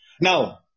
Now